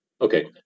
Okay